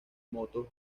motos